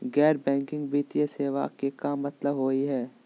गैर बैंकिंग वित्तीय सेवाएं के का मतलब होई हे?